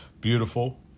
Beautiful